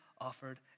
offered